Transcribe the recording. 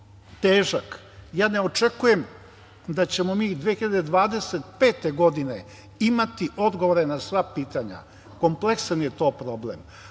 težak. Ne očekujem da ćemo mi 2025. godine imati odgovore na sva pitanja, kompleksan je to problem,